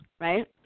right